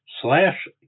slash